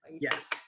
Yes